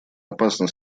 опасно